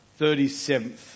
37th